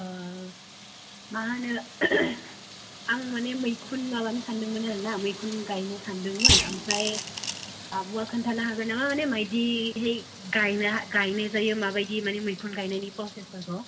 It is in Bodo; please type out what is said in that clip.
मा होनो आं माने मैखुन माबानो सानदोंमोन आरोना मैखुन गायनो सानदोंमोन आमफ्राय आब'या खोन्थानो हागोन नामा माबायदिहाय गायनो गायनाय जायो माबायदि मैखुन गायनायनि प्रचेसफोरखौ